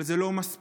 אבל זה לא מספיק.